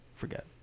forget